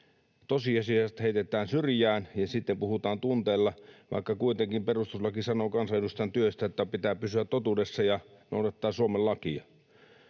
Tosiasiat heitetään syrjään ja sitten puhutaan tunteella, vaikka kuitenkin perustuslaki sanoo kansanedustajan työstä, että pitää pysyä totuudessa ja noudattaa Suomen lakia.